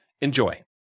Enjoy